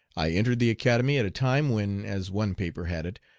i entered the academy at a time when, as one paper had it,